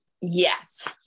yes